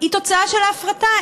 תוצאה של ההפרטה.